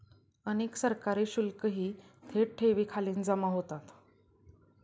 अनेक सरकारी शुल्कही थेट ठेवींखाली जमा होतात